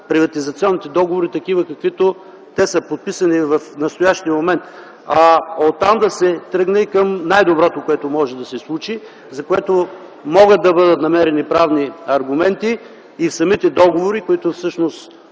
приватизационните договори, такива каквито са подписани в настоящия момент. Оттам да се тръгне към най-доброто, което може да се случи, за което могат да бъдат намерени правни аргументи и в самите договори, които още